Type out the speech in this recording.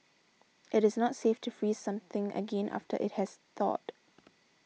it is not safe to freeze something again after it has thawed